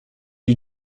lui